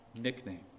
nickname